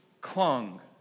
clung